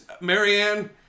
Marianne